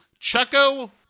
Chucko